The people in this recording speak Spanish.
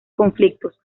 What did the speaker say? conflictos